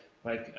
like,